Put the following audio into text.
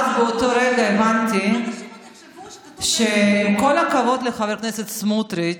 באותו ערב הבנתי שעם כל הכבוד לחבר הכנסת סמוטריץ',